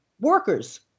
workers